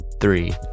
three